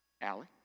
Allie